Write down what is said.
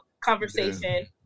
conversation